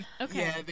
okay